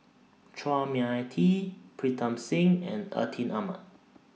Chua Mia Tee Pritam Singh and Atin Amat